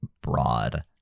broad